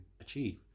achieve